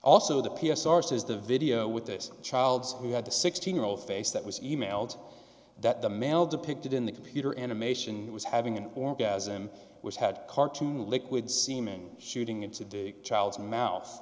also the p s r says the video with this child's who had the sixteen year old face that was emailed that the male depicted in the computer animation was having an orgasm which had cartoon liquid semen shooting into doing a child's mouth